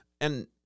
and-